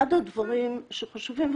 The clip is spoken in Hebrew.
אחד הדברים שחשובים,